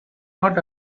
not